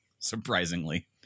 surprisingly